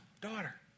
daughter